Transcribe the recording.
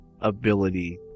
ability